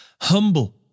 humble